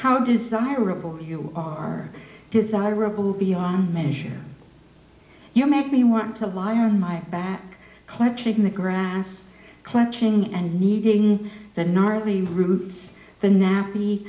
memorable you are desirable beyond measure you make me want to lie on my back clutching the grass clutching and needing the gnarly roots the na